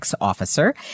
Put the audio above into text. officer